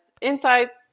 insights